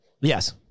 yes